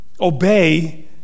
obey